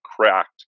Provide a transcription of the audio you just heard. cracked